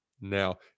Now